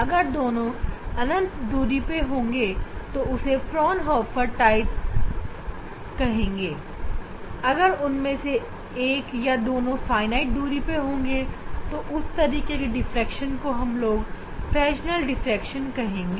अगर दोनों अनंत दूरी पर होंगे तो उससे फ्राउनहोफर टाइप कहेंगे अगर उनमें से कोई एक या दोनों फाइनाइट दूरी पर होंगे तो उस तरीके के डिफ़्रैक्शन को हम लोग फ्रेशनेल डिफ़्रैक्शन कहेंगे